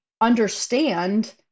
understand